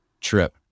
Trip